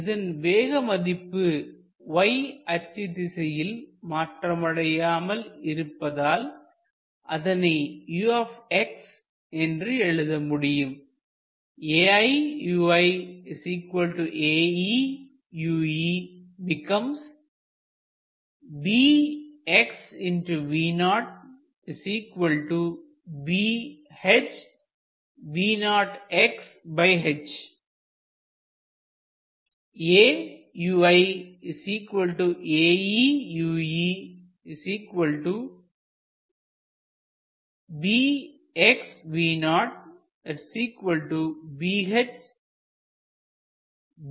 இதன் வேகம் மதிப்பு y அச்சு திசையில் மாற்றமடையாமல் இருப்பதால் இதனை u என்று எழுத முடியும்